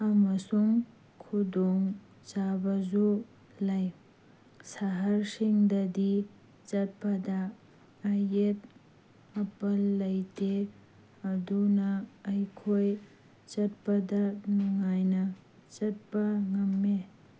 ꯑꯃꯁꯨꯡ ꯈꯨꯗꯣꯡ ꯆꯥꯕꯁꯨ ꯂꯩ ꯁꯍꯔꯁꯤꯡꯗꯗꯤ ꯆꯠꯄꯗ ꯑꯌꯦꯠ ꯑꯄꯟ ꯂꯩꯇꯦ ꯑꯗꯨꯅ ꯑꯩꯈꯣꯏ ꯆꯠꯄꯗ ꯅꯨꯡꯉꯥꯏꯅ ꯆꯠꯄ ꯉꯝꯃꯦ